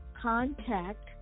contact